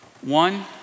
One